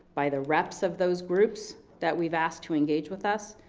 by the reps of those groups, that we've asked to engage with us,